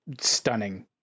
stunning